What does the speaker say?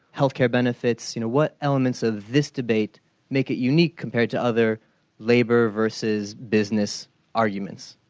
healthcare benefits, you know, what elements of this debate make it unique, compared to other labor versus business arguments?